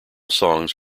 songs